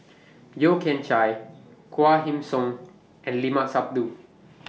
Yeo Kian Chye Quah Kim Song and Limat Sabtu